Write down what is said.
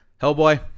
Hellboy